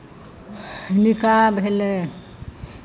निकाह भेलै